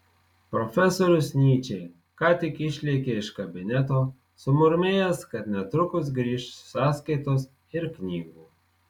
profesorius nyčė ką tik išlėkė iš kabineto sumurmėjęs kad netrukus grįš sąskaitos ir knygų